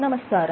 నమస్కారం